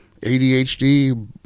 ADHD